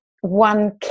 one